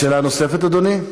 שאלה נוספת, אדוני?